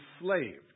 enslaved